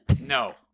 No